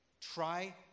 try